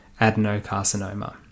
adenocarcinoma